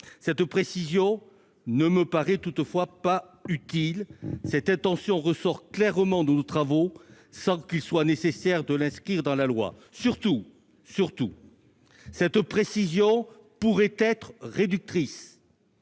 Cette précision ne paraît toutefois pas utile : cette intention ressort clairement de nos travaux, sans qu'il soit nécessaire de l'inscrire dans la loi. De surcroît, cette précision pourrait être réductrice